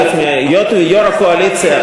יו"ר הקואליציה,